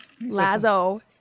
Lazo